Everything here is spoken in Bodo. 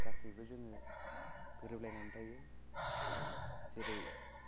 गासैबो जोङो गोरोबलायनानै थायो जेरै